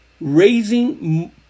raising